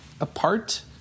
Apart